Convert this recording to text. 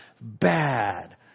bad